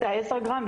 10 גרם,